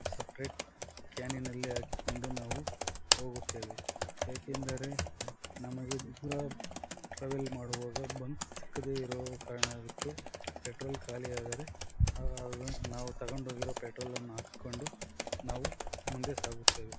separate ಕ್ಯಾನಿನಲ್ಲಿ ಹಾಕಿಕೊಂಡು ನಾವು ಹೋಗುತ್ತೇವೆ ಏಕೆಂದರೆ ನಮಗೆ ದೂರ ಟ್ರಾವೆಲ್ ಮಾಡುವಾಗ ಬಂಕ್ ಸಿಕ್ಕದೇ ಇರೋ ಕಾರಣಕ್ಕೆ ಪೆಟ್ರೋಲ್ ಖಾಲಿಯಾದರೆ ಆಗ ನಾವು ತಗೊಂಡೋಗಿರೊ ಪೆಟ್ರೋಲನ್ನ ಹಾಕಿಕೊಂಡು ನಾವು ಮುಂದೆ ಸಾಗುತ್ತೇವೆ